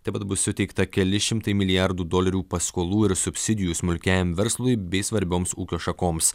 taip pat bus suteikta keli šimtai milijardų dolerių paskolų ir subsidijų smulkiajam verslui bei svarbioms ūkio šakoms